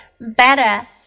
Better